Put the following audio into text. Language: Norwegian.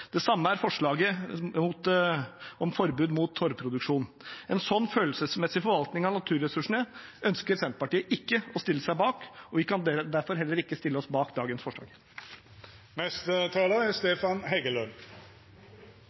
Det samme er forslaget om forbud mot torvproduksjon. En slik følelsesmessig forvaltning av naturressursene ønsker Senterpartiet ikke å stille seg bak, og vi kan derfor heller ikke stille oss bak dagens forslag. Tap av natur og biologisk mangfold er